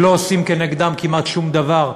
שלא עושים כנגדם כמעט שום דבר,